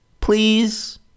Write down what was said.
Please